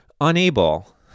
unable